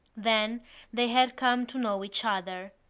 then they had come to know each other.